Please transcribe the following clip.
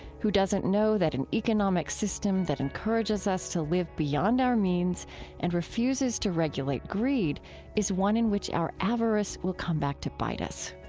who doesn't know that an economic system that encourages us to live beyond our means and refuses to regulate greed is one in which our avarice will come back to bite us?